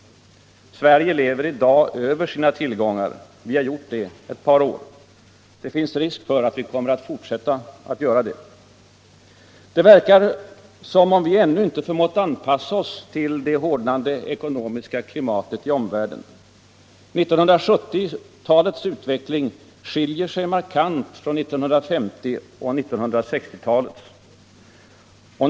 Sverige lever i dag över sina tillgångar. Vi har gjort det i ett par år. Det finns risk för att vi kommer att fortsätta göra det. Det verkar som om vi ännu inte förmått anpassa oss till det hårdnande ekonomiska klimatet i omvärlden. 1970-talets utveckling skiljer sig markant från 1950 och 1960-talens.